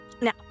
now